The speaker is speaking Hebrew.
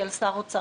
כלפי שר האוצר.